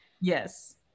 yes